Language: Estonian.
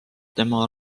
tema